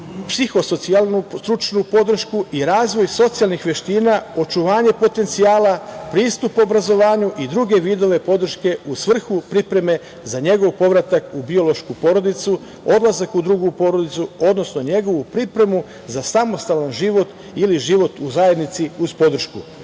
psihosocijalnu stručnu podršku i razvoj socijalnih veština, očuvanje potencijala, pristup obrazovanju i druge vidove podrške u svrhu pripreme za njegov povratak u biološku porodicu, odlazak u drugu porodicu, odnosno njegovu pripremu za samostalan život ili život u zajednici uz podršku,